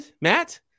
Matt